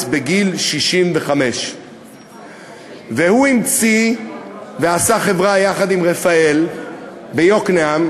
בגיל 65. והוא המציא והקים חברה יחד עם רפא"ל ביוקנעם,